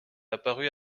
apparue